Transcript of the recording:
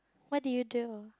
what did you do